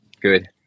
Good